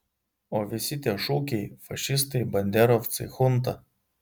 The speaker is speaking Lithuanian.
o visi tie šūkiai fašistai banderovcai chunta